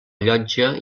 llotja